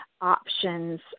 options